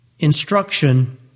instruction